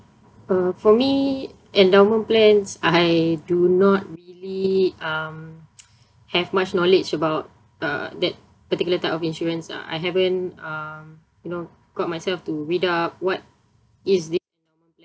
uh for me endowment plans I do not really um have much knowledge about uh that particular type of insurance uh I haven't uh you know got myself to read up what is the